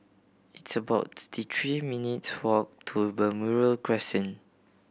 it's about thirty three minutes' walk to Balmoral Crescent